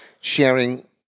sharing